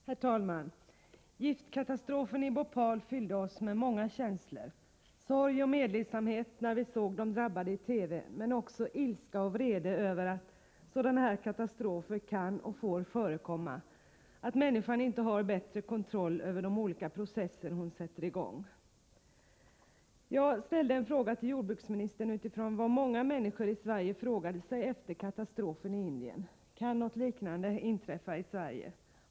Herr talman! Giftkatastrofen i Bhopal fyllde oss med många känslor. Vi kände sorg och medlidsamhet när vi såg de drabbade i TV, men också ilska och vrede över att sådana här katastrofer kan och får förekomma — att människan inte har bättre kontroll över de olika processer hon sätter i gång. Jag ställde en fråga till jordbruksministern utifrån vad många människor i Sverige frågade sig efter katastrofen i Indien. Kan något liknande inträffa i Sverige?